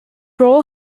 role